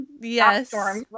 Yes